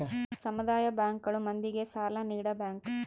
ಸಮುದಾಯ ಬ್ಯಾಂಕ್ ಗಳು ಮಂದಿಗೆ ಸಾಲ ನೀಡ ಬ್ಯಾಂಕ್